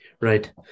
Right